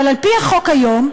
אבל על-פי החוק היום,